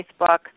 Facebook